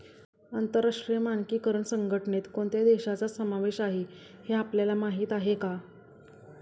आंतरराष्ट्रीय मानकीकरण संघटनेत कोणत्या देशांचा समावेश आहे हे आपल्याला माहीत आहे का?